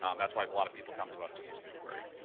um that's why a lot of people come to us to use bigquery.